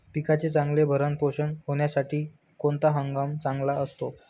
पिकाचे चांगले भरण पोषण होण्यासाठी कोणता हंगाम चांगला असतो?